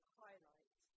highlight